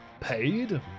paid